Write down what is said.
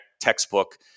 textbook